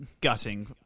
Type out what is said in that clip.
gutting